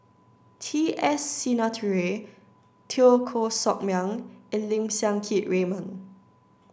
T S Sinnathuray Teo Koh Sock Miang and Lim Siang Keat Raymond